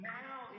now